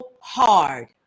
hard